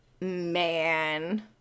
man